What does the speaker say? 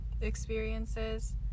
experiences